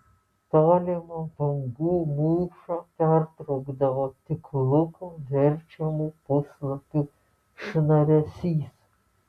tolimą bangų mūšą pertraukdavo tik luko verčiamų puslapių šnaresys